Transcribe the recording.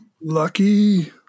lucky